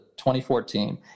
2014